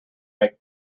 make